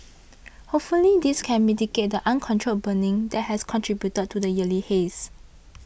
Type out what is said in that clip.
hopefully this can mitigate the uncontrolled burning that has contributed to the yearly haze